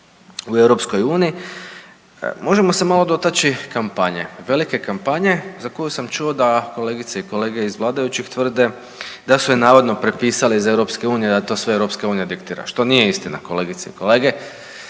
u EU, možemo se malo dotaći kampanje, velike kampanje za koju sam čuo da kolegice i kolege iz vladajućih tvrde da su je navodno prepisali iz EU, da to sve EU diktira, što nije istina kolegice i kolege.